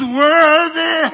worthy